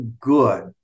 good